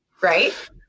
right